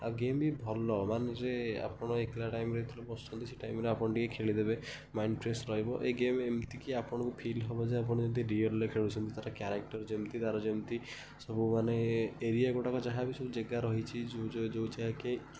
ଆଉ ଗେମ୍ ବି ଭଲ ମାନେ ଯେ ଆପଣ ଏକେଲା ଟାଇମ୍ରେ ଯେତେବେଳେ ବସୁଛନ୍ତି ସେ ଟାଇମ୍ରେ ଆପଣ ଟିକେ ଖେଳି ଦେବେ ମାଇଣ୍ଡ୍ ଫ୍ରେଶ୍ ରହିବ ଏଇ ଗେମ୍ ଏମିତି କି ଆପଣଙ୍କୁ ଫିଲ୍ ହବ ଯେ ଆପଣ ଯେମତି ରିଏଲ୍ ଖେଳୁଛନ୍ତି ତା'ର କ୍ୟାରେକ୍ଟର୍ ଯେମିତି ତା'ର ଯେମତି ସବୁମାନେ ଏରିଆ ଗୁଡ଼ାକ ଯାହା ବି ସବୁ ଜାଗା ରହିଛି ଯେଉଁ ଯେଉଁ ଯେଉଁ ଜାଗା କି